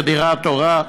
זו דירה טובה,